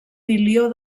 milió